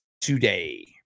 today